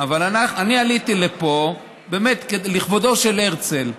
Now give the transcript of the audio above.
אבל אני עליתי לפה באמת לכבודו של הרצל.